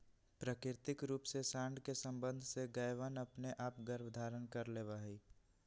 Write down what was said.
प्राकृतिक रूप से साँड के सबंध से गायवनअपने आप गर्भधारण कर लेवा हई